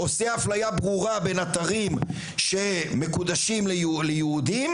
עושה אפליה ברורה בין אתרים שמקודשים ליהודים,